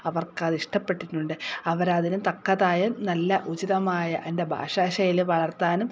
അവർക്ക് അത് ഇഷ്ടപ്പെട്ടിട്ടുണ്ട് അവരതിന് തക്കതായ നല്ല ഉചിതമായ എന്റെ ഭാഷ ശൈലി വളർത്താനും